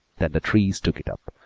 then the trees took it up,